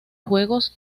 juegos